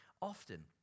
often